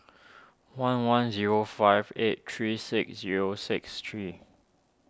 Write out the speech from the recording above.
one one zero five eight three six zero six three